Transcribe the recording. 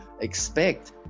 expect